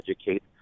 educate